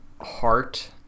heart